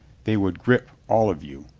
they would grip all of you.